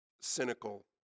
cynical